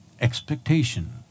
expectation